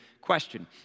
question